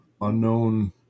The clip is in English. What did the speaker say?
unknown